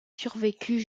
survécut